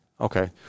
Okay